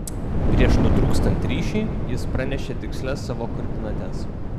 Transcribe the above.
prieš nutrūkstant ryšiui jis pranešė tikslias savo koordinates